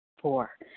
Four